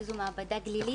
שזו מעבדה גלילית.